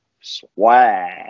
swag